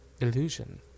Illusion